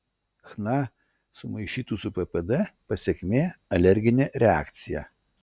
chna sumaišytų su ppd pasekmė alerginė reakcija